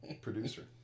Producer